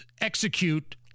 execute